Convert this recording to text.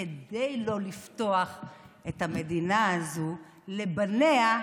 כדי לא לפתוח את המדינה הזאת לבניה,